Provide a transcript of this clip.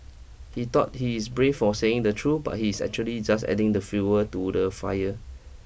he thought he is brave for saying the truth but he's actually just adding the fuel to the fire